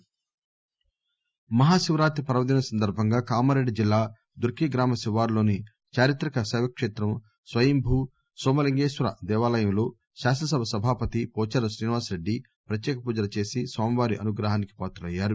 మహా శివరాత్రి మహాశివరాత్రి పర్వదినం సందర్భంగా కామారెడ్డి జిల్లా దుర్కి గ్రామ శివారులోని చారిత్రక శైవక్షేత్రం స్వయంభూనోమలింగేశ్వర దేవాలయంలో శాసనసభ సభాపతి పోచారం శ్రీనివాసరెడ్డి ప్రత్యేక పూజలు చేసి స్పామి వారి అనుగ్రహానికి పాత్రులయ్యారు